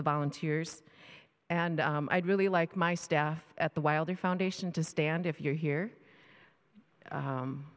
the volunteers and i'd really like my staff at the wilder foundation to stand if you're here